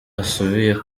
asubiye